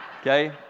Okay